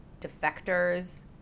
defectors